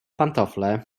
pantofle